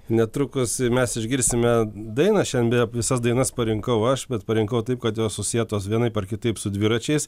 netrukus mes išgirsime dainą šiandien beje visas dainas parinkau aš bet parinkau taip kad jos susietos vienaip ar kitaip su dviračiais